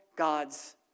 God's